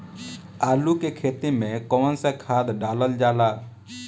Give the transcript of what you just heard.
आलू के खेती में कवन सा खाद डालल जाला?